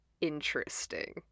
interesting